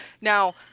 now